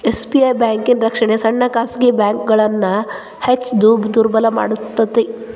S ಬ್ಯಾಂಕಿನ್ ರಕ್ಷಣೆ ಸಣ್ಣ ಖಾಸಗಿ ಬ್ಯಾಂಕ್ಗಳನ್ನ ಹೆಚ್ ದುರ್ಬಲಮಾಡಿಬಿಡ್ತ್